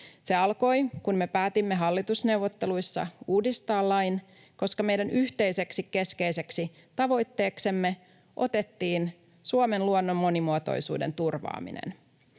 Se alkoi, kun me päätimme hallitusneuvotteluissa uudistaa lain, koska meidän yhteiseksi keskeiseksi tavoitteeksemme otettiin Suomen luonnon monimuotoisuuden turvaaminen.